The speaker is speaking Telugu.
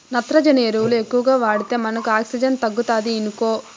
నత్రజని ఎరువులు ఎక్కువగా వాడితే మనకు ఆక్సిజన్ తగ్గుతాది ఇనుకో